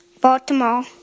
Baltimore